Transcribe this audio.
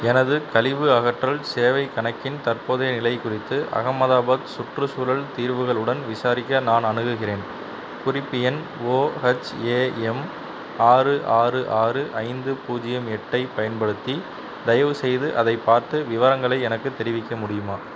எனது கழிவு அகற்றல் சேவைக் கணக்கின் தற்போதைய நிலை குறித்து அகமதாபாத் சுற்றுச்சூழல் தீர்வுகள் உடன் விசாரிக்க நான் அணுகுகிறேன் குறிப்பு எண் ஓஹெச்ஏஎம் ஆறு ஆறு ஆறு ஐந்து பூஜ்ஜியம் எட்டை பயன்படுத்தி தயவுசெய்து அதைப் பார்த்து விவரங்களை எனக்குத் தெரிவிக்க முடியுமா